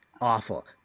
awful